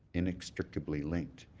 inextrekically linked.